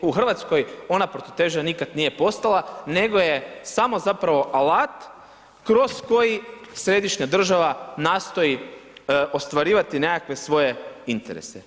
U Hrvatskoj ona protuteža nikad nije postala, nego je samo zapravo alat kroz koji središnja država nastoji ostvarivati nekakve svoje interese.